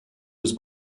was